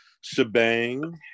shebang